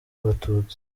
abatutsi